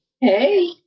Hey